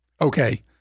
Okay